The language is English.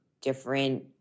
different